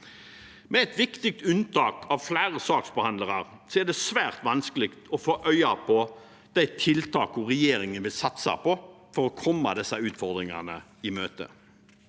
Med et viktig unntak av flere saksbehandlere er det svært vanskelig å få øye på de tiltakene regjeringen vil satse på for å komme disse utfordringene i møte.